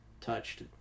touched